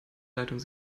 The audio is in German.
leitung